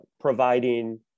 providing